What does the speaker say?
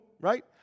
right